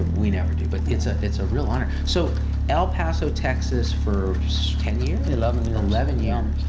we never do. but it's ah it's a real honor. so el paso, texas, for ten years? eleven years. eleven years.